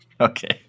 Okay